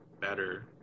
better